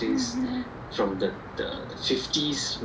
mmhmm